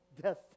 death